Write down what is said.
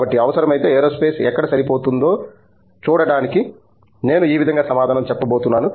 కాబట్టి అవసరమైతే ఏరోస్పేస్ ఎక్కడ సరిపోతుందో చూడటానికి నేను ఆ విధంగా సమాధానం చెప్పబోతున్నాను